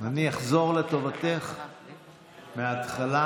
אני אחזור לטובתך מההתחלה.